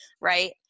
right